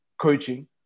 coaching